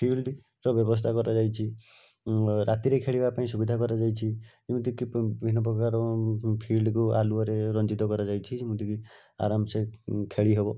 fielder ବ୍ୟବସ୍ଥା କରାଯାଇଛି ରାତିରେ ଖେଳିବା ପାଇଁ ସୁବିଧା କରାଯାଇଛି ଏମିତିକି ବିଭିନ୍ନପ୍ରକାର ଫିଲ୍ଡକୁ ଆଲୁଅରେ ରଞ୍ଜିତ କରାଯାଇଛି ଯେମିତିକି ଆରାମ୍ସେ ଖେଳି ହେବ